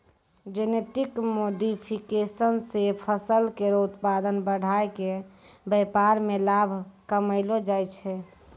genetic modification सें फसल केरो उत्पादन बढ़ाय क व्यापार में लाभ कमैलो जाय छै